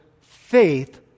faith